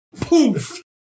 poof